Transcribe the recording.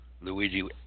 Luigi